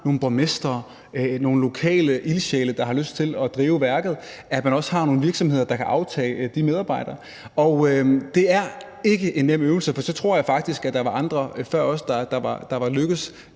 nogle borgmestre, nogle lokale ildsjæle, der har lyst til at drive værket, og at man også har nogle virksomheder, der kan aftage de medarbejdere. Og det er ikke en nem øvelse, for så tror jeg faktisk, at der var andre før os, der var lykkedes